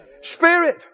Spirit